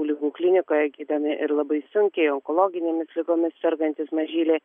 ligų klinikoje gydomi ir labai sunkiai onkologinėmis ligomis sergantys mažyliai